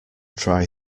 dry